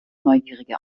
neugierige